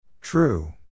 True